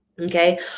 Okay